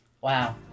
Wow